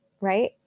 right